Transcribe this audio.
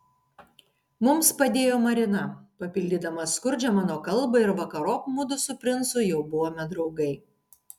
mums padėjo marina papildydama skurdžią mano kalbą ir vakarop mudu su princu jau buvome draugai